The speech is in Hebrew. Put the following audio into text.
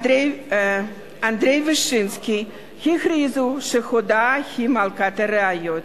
אנדריי וישינסקי, הכריזו שהודאה היא מלכת הראיות